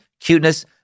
cuteness